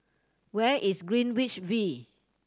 where is Greenwich V